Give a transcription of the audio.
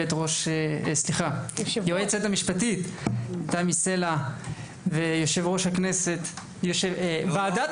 היועצת המשפטית תמי סלע ויושב ראש ועדת